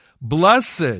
Blessed